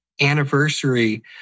anniversary